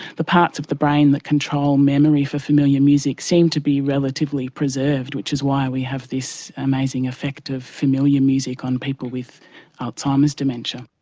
the parts of the brain that control memory for familiar music seem to be relatively preserved, which is why we have this amazing effect of familiar music on people with alzheimer's dementia.